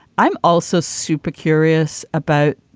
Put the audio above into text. i'm also super curious about.